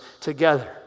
together